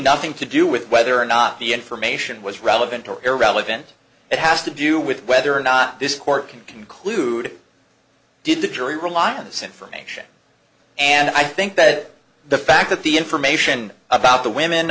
nothing to do with whether or not the information was relevant or irrelevant it has to do with whether or not this court can conclude did the jury rely on this information and i think that the fact that the information about the women